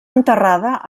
enterrada